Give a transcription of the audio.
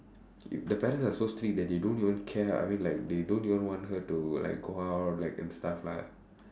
the parents are so strict that they don't even care I mean like they don't even want her to like go out like and stuff lah